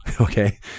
okay